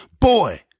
boy